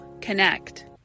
connect